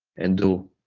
and do